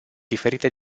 diferite